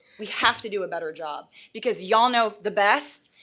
we have to do a better job. because y'all know the best,